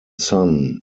son